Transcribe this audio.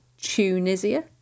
Tunisia